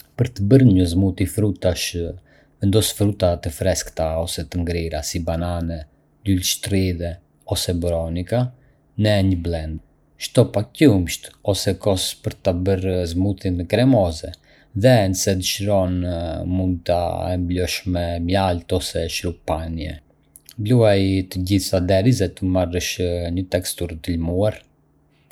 Për të bërë një smoothie frutash, vendos fruta të freskëta ose të ngrira, si banane, luleshtrydhe ose boronica, në një blender. Shto pak qumësht ose kos për ta bërë smoothien kremoze, dhe nëse dëshiron, mund ta ëmbëlsosh me mjaltë ose shurup panje. Bluaji të gjitha derisa të marrësh një teksturë të lëmuar.